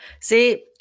See